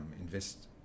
invest